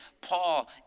Paul